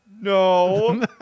no